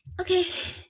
okay